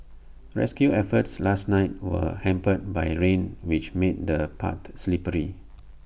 rescue efforts last night were hampered by rain which made the paths slippery